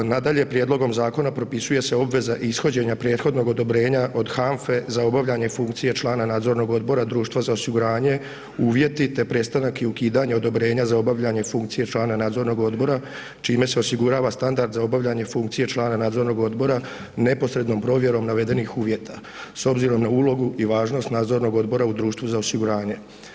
Nadalje, prijedlogom zakona propisuje se obveza ishođenja prethodnog odobrenja od HANFA-e za obavljanje funkcije člana nadzornog odbora, društva za osiguranje, uvjeti te prestanak i ukidanje odobrenja za obavljanje funkcije člana nadzornog odbora, čime se osigurava standard za obavljanje funkcije člana nadzornog odbora neposrednom provjerom navedenih uvjeta, s obzirom na ulogu i važnost nadzornog odbora u društvu za osiguranje.